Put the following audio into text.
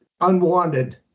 unwanted